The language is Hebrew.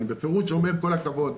אני בפירוש אומר כל הכבוד,